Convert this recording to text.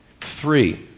Three